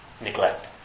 neglect